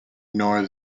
nor